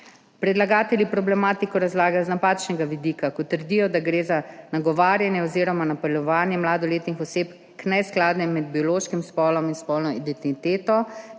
Predlagatelji problematiko razlagajo z napačnega vidika, ko trdijo, da gre za nagovarjanje oziroma napeljevanje mladoletnih oseb k neskladjem med biološkim spolom in spolno identiteto,